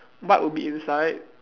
what would be inside